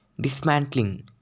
dismantling